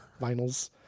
vinyls